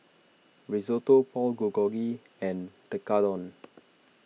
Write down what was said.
Risotto Pork Bulgogi and Tekkadon